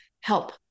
help